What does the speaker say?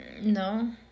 No